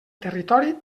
territori